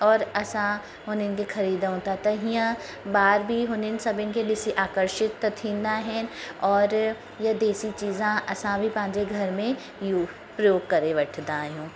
और असां उनखे खरीदूं था त हीअ ॿार बि हुननि सभिनि खे ॾिसी आकर्षित त थींदा आहिनि और देसी चीजा असां बि पंहिंजे घर यू प्रयोगु करे वठंदा आहियूं